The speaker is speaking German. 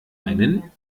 einen